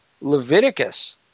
Leviticus